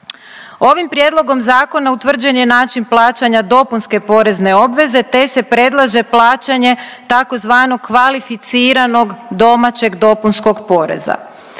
Ovim Prijedlogom zakona utvrđen je način plaćanja dopunske porezne obveze te se predlaže plaćanje tzv. kvalificiranog domaćeg dopunskog poreza.